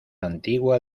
antigua